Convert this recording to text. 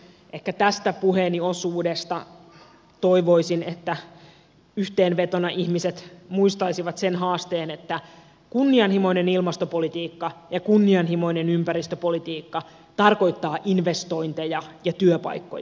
ehkä tästä puheeni osuudesta toivoisin yhteenvetona että ihmiset muistaisivat sen haasteen että kunnianhimoinen ilmastopolitiikka ja kunnianhimoinen ympäristöpolitiikka tarkoittavat investointeja ja työpaikkoja